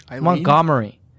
Montgomery